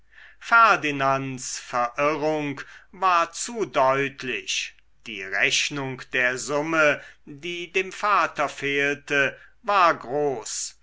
ferdinands verirrung war zu deutlich die rechnung der summe die dem vater fehlte war groß